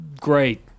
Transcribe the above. great